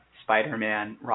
Spider-Man